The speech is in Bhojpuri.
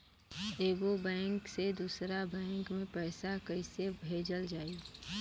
एगो बैक से दूसरा बैक मे पैसा कइसे भेजल जाई?